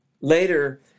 Later